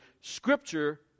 Scripture